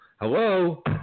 hello